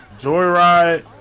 Joyride